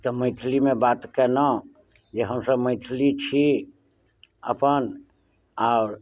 तऽ मैथिली मे बात केलहुॅं जे हमसब मैथिली छी अपन आओर